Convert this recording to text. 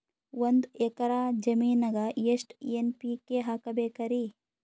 ಒಂದ್ ಎಕ್ಕರ ಜಮೀನಗ ಎಷ್ಟು ಎನ್.ಪಿ.ಕೆ ಹಾಕಬೇಕರಿ?